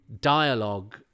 dialogue